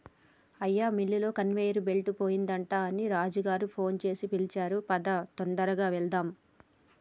అయ్యా మిల్లులో conveyor belt పోయిందట అని రాజు గారు ఫోన్ సేసి పిలిచారు పదా తొందరగా వెళ్దాము